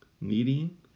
Kneading